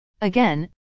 Again